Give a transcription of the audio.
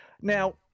Now